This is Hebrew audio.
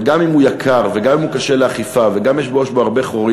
וגם אם הוא יקר וגם אם הוא קשה לאכיפה וגם אם יש בו הרבה חורים,